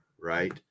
right